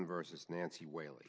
versus nancy wally